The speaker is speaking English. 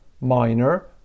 Minor